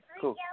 cool